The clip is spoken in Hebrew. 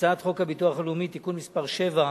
הצעת חוק הביטוח הלאומי (תיקון מס' 7)